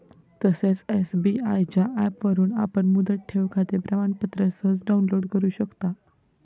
तसेच एस.बी.आय च्या ऍपवरून आपण मुदत ठेवखाते प्रमाणपत्र सहज डाउनलोड करु शकता